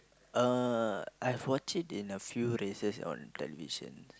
uh I've watched it in a few races on television